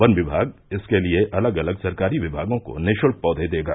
one विमाग इसके लिये अलग अलग सरकारी विमागों को निःशुल्क पौधे देगा